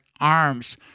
Arms